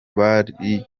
bari